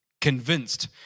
convinced